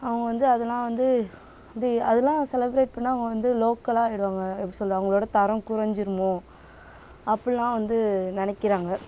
அவங்க வந்து அதலாம் வந்து வந்து அதலாம் செலப்ரேட் பண்ணால் அவங்க வந்து லோக்கலாக ஆகிடுவாங்க எப்படி சொல்கிறது அவங்களோடய தரம் குறைஞ்சிருமோ அப்புடில்லாம் வந்து நினைக்கிறாங்க